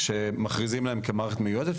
שמכריזים להם כמערכת מיועדת,